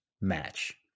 match